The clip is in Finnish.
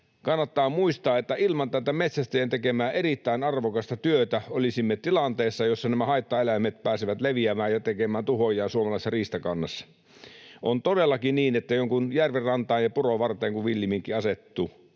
Kannattaa muistaa, että ilman tätä metsästäjien tekemää erittäin arvokasta työtä olisimme tilanteessa, jossa nämä haittaeläimet pääsisivät leviämään ja tekemään tuhojaan suomalaisessa riistakannassa. On todellakin niin, että jonkun järven rantaan tai puron varteen kun villiminkki asettuu,